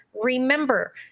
remember